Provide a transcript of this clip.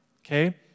okay